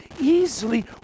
easily